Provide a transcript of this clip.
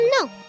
No